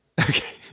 Okay